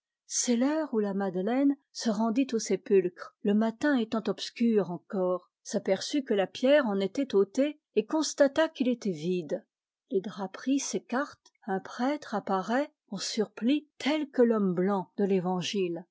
c'est l'heure où la madeleine se rendit au sépulcre le matin étant obscur encore s'aperçut que la pierre en était ôtée et constata qu'il était vide les draperies s'écartent un prêtre apparaît en surplis tel que l'homme blanc de l'évangile